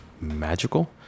magical